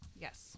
Yes